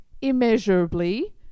immeasurably